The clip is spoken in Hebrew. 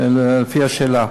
לפי השאלה.